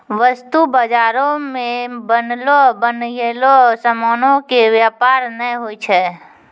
वस्तु बजारो मे बनलो बनयलो समानो के व्यापार नै होय छै